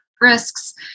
risks